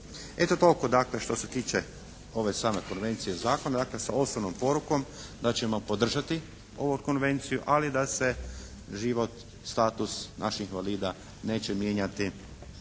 Eto, toliko dakle što se tiče ove same konvencije zakona dakle sa osnovnom porukom da ćemo podržati ovu konvenciju, ali da se život, status naših invalida neće mijenjati